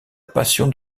passion